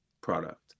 product